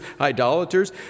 idolaters